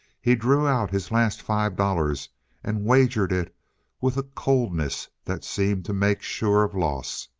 he drew out his last five dollars and wagered it with a coldness that seemed to make sure of loss,